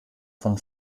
von